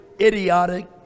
idiotic